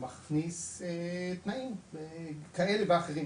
מכניס תנאים כאלה ואחרים,